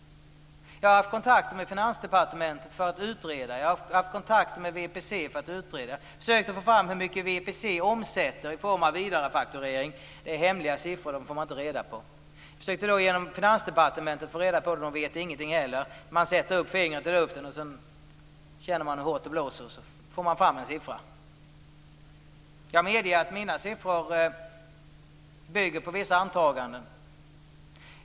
Jag har haft kontakt med Finansdepartementet och med VPC för att klara ut detta. Jag har försökt få fram hur mycket VPC omsätter i form av vidarefakturering, men det är hemliga siffror, som man inte får reda på. Jag har då försökt att genom Finansdepartementet få reda på detta, men inte heller där vet man någonting. För att få fram en siffra sätter man där upp fingret i luften och känner efter hur hårt det blåser. Jag medger att mina siffror bygger på vissa antaganden.